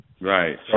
Right